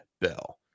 Bell